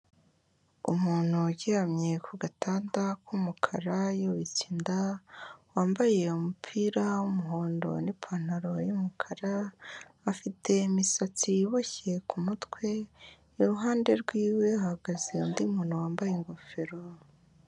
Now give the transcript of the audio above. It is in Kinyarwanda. Umuntu uryamye ku gatanda k'umukara yubitse inda, wambaye umupira w'umuhondo n'ipantaro y'umukara, afite imisatsi iboshye ku mutwe, iruhande rw'iwe, hahagaze undi muntu wambaye ingofero.